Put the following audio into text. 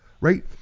right